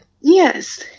Yes